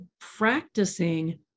practicing